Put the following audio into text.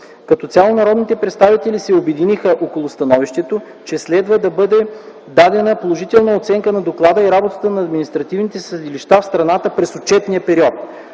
Като цяло народните представители се обединиха около становището, че следва да бъде дадена положителна оценка на доклада и работата на административните съдилища в страната през отчетния период.